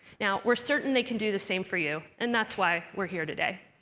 now, we're certain they can do the same for you, and that's why we're here today.